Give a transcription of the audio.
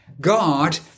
God